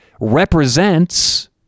represents